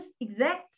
exact